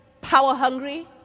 power-hungry